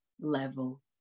level